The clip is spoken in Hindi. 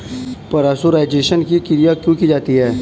पाश्चुराइजेशन की क्रिया क्यों की जाती है?